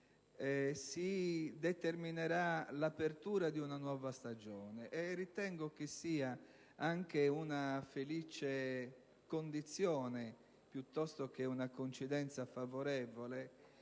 si determinerà l'apertura di una nuova stagione. E ritengo che sia anche una felice condizione, piuttosto che una coincidenza favorevole,